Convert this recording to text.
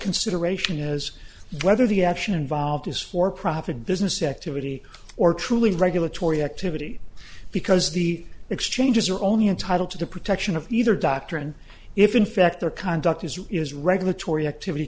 consideration is whether the action involved is for profit business activity or truly regulatory activity because the exchanges are only entitled to the protection of either doctrine if in fact their conduct is or is regulatory activity